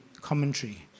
commentary